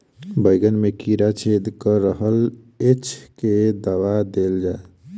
बैंगन मे कीड़ा छेद कऽ रहल एछ केँ दवा देल जाएँ?